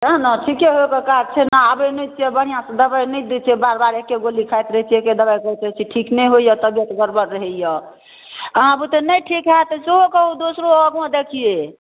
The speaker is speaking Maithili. सएह नहि ठीके होइके काज छै आबै नहि छियै बढ़िआँसँ दवाइ नहि दै छियै बार बार एके गोली खाइत रहै छियै एके दवाइ करैत रहै छियै ठीक नहि होइए तबियत गड़बड़ रहैए अहाँ बुते नहि ठीक हैत तऽ सेहो कहू दोसरो लगमे देखियै